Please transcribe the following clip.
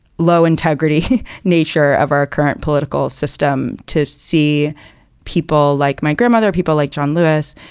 low integrity nature of our current political system, to see people like my grandmother, people like john lewis,